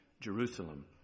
Jerusalem